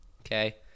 okay